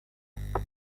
malta